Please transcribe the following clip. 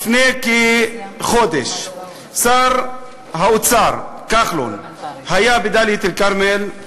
לפני כחודש שר האוצר כחלון היה בדאלית-אלכרמל,